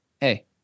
Hey